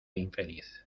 infeliz